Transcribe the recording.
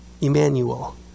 Emmanuel